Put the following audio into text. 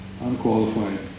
unqualified